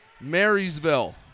Marysville